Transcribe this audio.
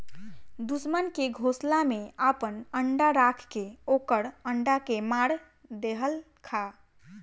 दुश्मन के घोसला में आपन अंडा राख के ओकर अंडा के मार देहलखा